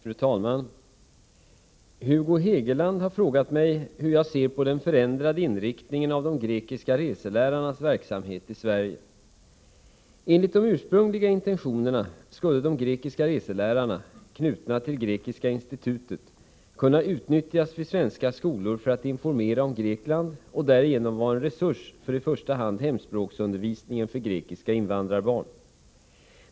Fru talman! Hugo Hegeland har frågat mig hur jag ser på den förändrade inriktningen av de grekiska reselärarnas verksamhet i Sverige. Enligt de ursprungliga intentionerna skulle de grekiska reselärarna, knutna till Grekiska institutet, kunna utnyttjas vid svenska skolor för att informera om Grekland och därigenom vara en resurs för i första hand hemspråksundervisningen för grekiska invandrarbarn.